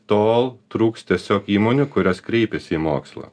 tol trūks tiesiog įmonių kurios kreipiasi į mokslą